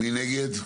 מי נגד?